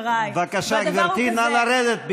בבקשה, גברתי, נא לסיים ולרדת.